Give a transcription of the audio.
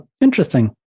interesting